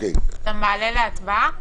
אתה מעלה להצבעה?